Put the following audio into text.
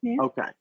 okay